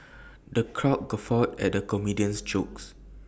the crowd guffawed at the comedian's jokes